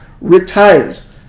retires